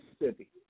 Mississippi